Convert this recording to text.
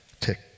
Tick